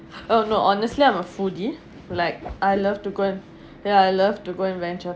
oh no honestly I'm a foodie like I love to go and I love to go and venture